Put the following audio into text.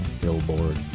billboard